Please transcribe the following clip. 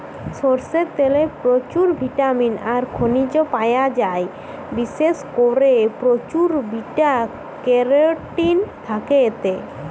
সরষের তেলে প্রচুর ভিটামিন আর খনিজ পায়া যায়, বিশেষ কোরে প্রচুর বিটা ক্যারোটিন থাকে এতে